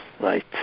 Right